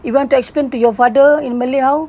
you want to explain to your father in malay how